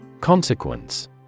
Consequence